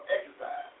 exercise